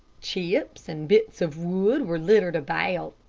chips and bits of wood were littered about,